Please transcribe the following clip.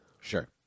Sure